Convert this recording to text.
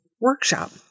workshop